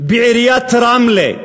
בעיריית רמלה.